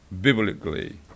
biblically